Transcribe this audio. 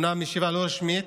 אומנם ישיבה לא רשמית,